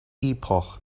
epoch